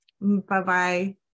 Bye-bye